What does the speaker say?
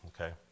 okay